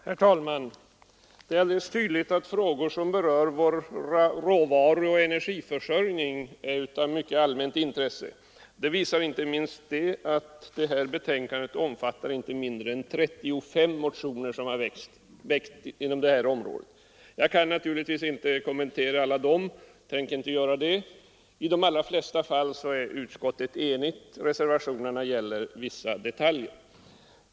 Herr talman! Det är alldeles tydligt att frågor som berör våra råvaror och vår energiförsörjning är av mycket stort allmänt intresse. Det visar inte minst det förhållandet att detta betänkande behandlar inte mindre än 35 motioner som har väckts i detta ärende. Jag kan naturligtvis inte kommentera dem alla. I de allra flesta fall är utskottet enigt. Reservationerna gäller vissa detaljer.